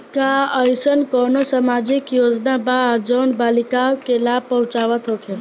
का एइसन कौनो सामाजिक योजना बा जउन बालिकाओं के लाभ पहुँचावत होखे?